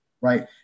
right